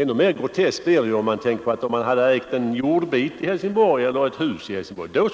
Ännu mer groteskt är att om han äger en jordbit eller ett hus i Helsingborg, så har